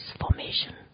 formation